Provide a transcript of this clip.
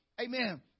Amen